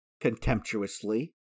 contemptuously